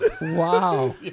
Wow